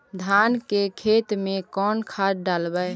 धान के खेत में कौन खाद डालबै?